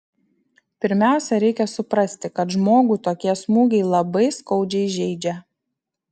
pirmiausia reikia suprasti kad žmogų tokie smūgiai labai skaudžiai žeidžia